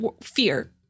fear